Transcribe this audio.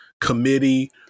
committee